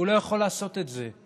הוא לא יכול לעשות את זה.